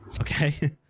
Okay